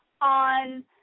on